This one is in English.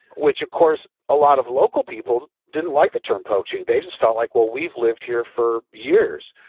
which of course a lot of local people didn't like the term poaching. they just felt like, well we've lived here for years,